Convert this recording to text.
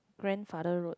grandfather road